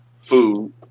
food